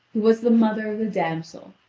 who was the mother of the damsel,